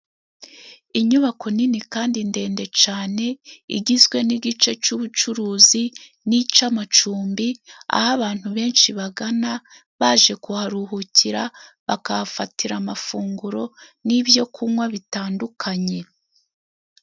inyubako nini kandi ndende cane igizwe n'igice c'ubucuruzi n'ic'amacumbi aho abantu benshi bagana baje kuharuhukira bakahafatira amafunguro n'ibyokunywa bitandukanye